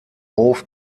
hof